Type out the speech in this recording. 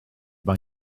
mae